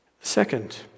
Second